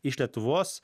iš lietuvos